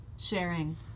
Sharing